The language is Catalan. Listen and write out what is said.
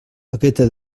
aquesta